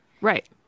Right